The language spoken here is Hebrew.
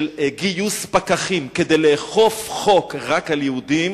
הפעולה של גיוס פקחים כדי לאכוף חוק רק על יהודים